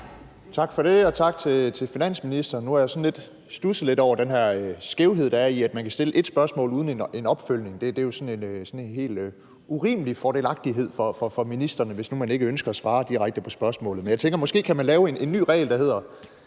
Tak for det, og tak til finansministeren. Nu har jeg studset lidt over den her skævhed, der er i, at man kan stille ét spørgsmål uden at få en opfølgning. Det er helt urimelig fordelagtigt for ministrene, hvis nu man ikke ønsker at svare direkte på spørgsmålet. Men jeg tænker, at man måske kan lave en ny regel, der hedder: